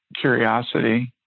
curiosity